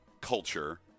culture